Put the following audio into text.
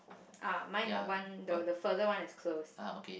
ah mine at one the the further one is closed